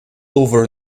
over